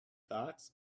thought